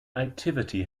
activity